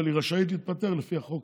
אבל היא רשאית להתפטר לפי החוק